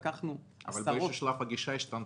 לקחנו -- אבל באיזה שהוא שלב הגישה השתנתה,